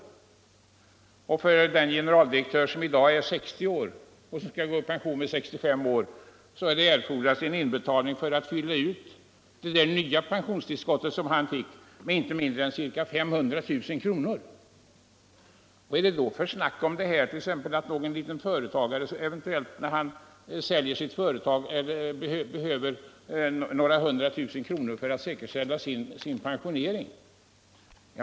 För den generaldirektör som i dag är 60 år och som skall avgå med pension vid 65 års ålder skulle det erfordras en inbetalning för att fylla ut det nya pensionstillskott, som han fick, på inte mindre än 500 000 kr. Vad är det då för snack om för stora inbetalningar när en liten företagare säljer sitt företag eller behöver några hundratusen kronor för att säkerställa sin pensionering?